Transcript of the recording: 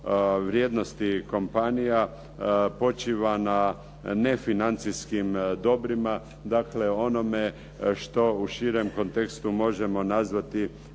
vrijednosti kompanija počiva na nefinancijskim dobrima, dakle onome što u širem kontekstu možemo nazvati